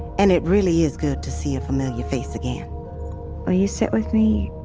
and it really is good to see a familiar face, again will you sit with me?